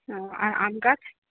ও আর আমগাছ